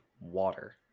water